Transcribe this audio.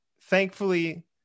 thankfully